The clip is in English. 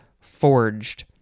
forged